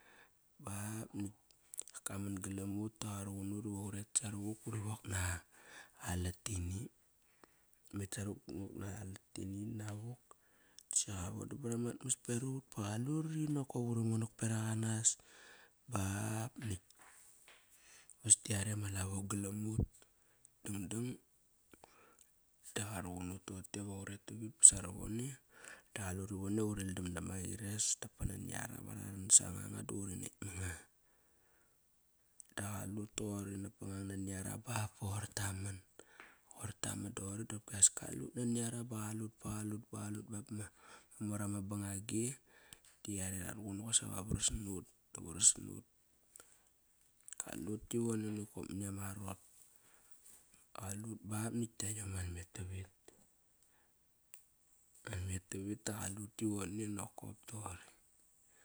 BA nakt ak kaman galam ut da qaru qun nut iva uret saravuk buri wok na alat tini. Utmet saravuk but wok na lat tini nina vuk. Si qa vodam bamat mas beraq aut ba qalari nokop. Uri monak berag anas ba nakt, vas di yare ma lavo galam ut. Dangdang da qaruqun nut toqote iva uret tavit saovone da qalur ivone uri naldam dama aqi res dap pa nani ara va raran sanga anga duri nekt manga. Da qalut toqori nap pangang nani are ba ba qoir taman. Qoir taman doqori dopkias kalut nani ara ba qalut ba qalut ba qalut ba bama mor ama bangagi di yare ra ruqun nut vasa varas nut. Da varas nut. Kalut ki vone nokop mani ama arot Qalut ba nakt kiayom an met tavit. An met tavit da qalut ki vone nokop toqori.